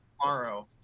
Tomorrow